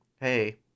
hey